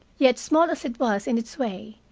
yet, small as it was in its way,